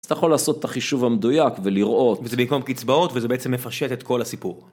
אז אתה יכול לעשות את החישוב המדויק ולראות, וזה במקום קצבאות וזה בעצם מפשט את כל הסיפור.